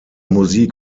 musik